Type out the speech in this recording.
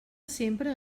sempre